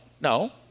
no